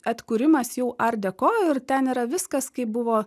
atkūrimas jau art deco ir ten yra viskas kaip buvo